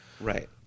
Right